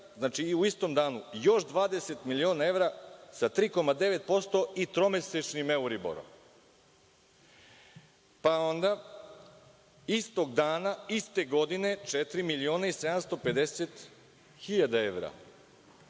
znači u istom danu, još 20 miliona evra sa 3,9% i tromesečnim Euriborom; pa onda istog dana, iste godine četiri miliona i 750 hiljada evra